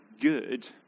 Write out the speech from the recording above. good